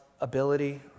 ability